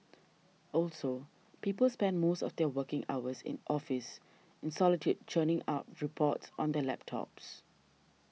also people spend most of their working hours in office in solitude churning out reports on their laptops